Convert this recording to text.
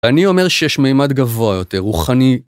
אני אומר שיש מימד גבוה יותר, רוחני.